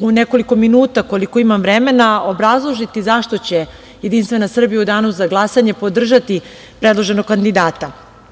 u nekoliko minuta, koliko imam vremena, obrazložiti zašto će JS u danu za glasanje podržati predloženog kandidata. Iz